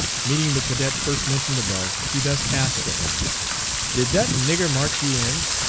meeting the cadet first mentioned above, he thus asked of him did that nigger march you in?